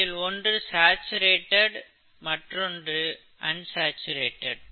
இதில் ஒன்று சாச்சுரேட்டட் மற்றொன்று அன்சாச்சுரேட்டட்